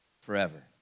forever